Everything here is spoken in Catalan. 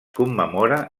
commemora